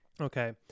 Okay